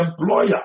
employer